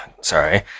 Sorry